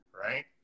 right